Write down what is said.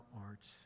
art